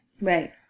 right